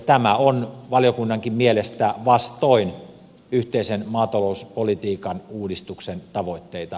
tämä on valiokunnankin mielestä vastoin yhteisen maatalouspolitiikan uudistuksen tavoitteita